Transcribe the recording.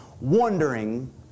wondering